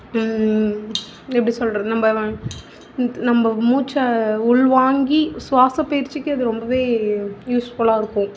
எப்படி சொல்கிறது நம்ம வ த் நம்ம மூச்சை உள்வாங்கி சுவாச பயிற்சிக்கே அது ரொம்பவே யூஸ்ஃபுல்லாக இருக்கும்